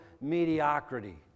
mediocrity